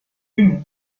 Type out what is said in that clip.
women